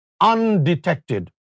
undetected